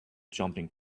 jumping